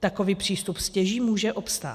Takový přístup stěží může obstát.